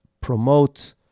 promote